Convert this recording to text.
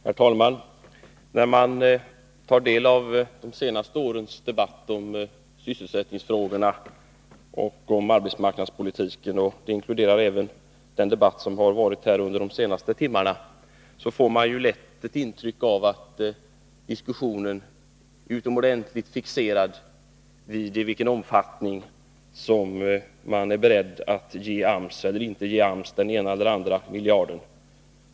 Herr talman! Efter att ha tagit del av de senaste årens debatter om sysselsättningsfrågorna och om arbetsmarknadspolitiken inkl. den debatt som här har förts under de senaste timmarna, får jag lätt ett intryck av att diskussionen är utomordentligt fixerad vid i vilken omfattning man är beredd att ge eller inte ge AMS den ena eller andra miljarden.